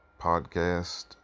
podcast